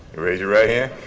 raise your right yeah